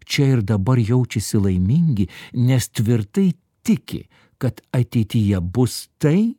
čia ir dabar jaučiasi laimingi nes tvirtai tiki kad ateityje bus tai